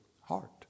heart